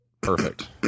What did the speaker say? Perfect